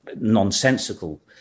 nonsensical